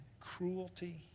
cruelty